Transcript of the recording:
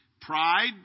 pride